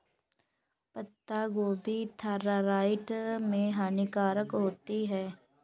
पत्ता गोभी थायराइड में हानिकारक होती है